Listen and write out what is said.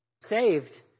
saved